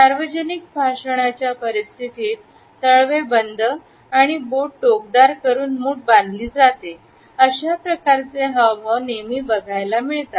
सार्वजनिक भाषणाच्या परिस्थितीततळवे बंद आणि बोट टोकदार करून मुठ बांधली जाते अशा प्रकारचे हावभाव नेहमी बघायला मिळते